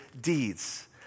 deeds